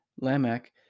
Lamech